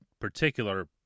particular